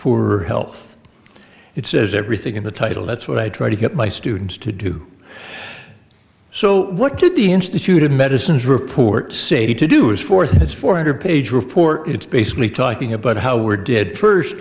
poorer health it says everything in the title that's what i try to get my students to do so what did the institute of medicine's report say to do as fourth as four hundred page report it's basically talking about how we're did first